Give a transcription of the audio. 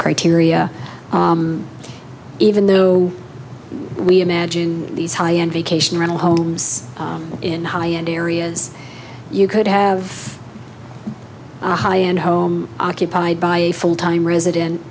criteria even though we imagine these high end vacation rental homes in high end areas you could have a high end home occupied by a full time resident